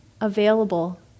available